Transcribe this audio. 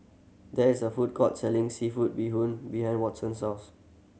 there is a food court selling seafood bee hoon behind Watson's house